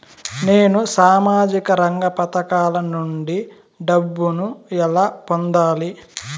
నేను సామాజిక రంగ పథకాల నుండి డబ్బుని ఎలా పొందాలి?